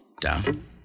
Down